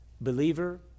believer